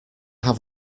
have